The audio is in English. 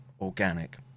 organic